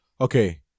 Okay